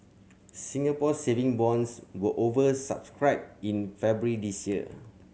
Singapore Saving Bonds were over subscribed in February this year